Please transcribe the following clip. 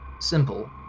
simple